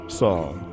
song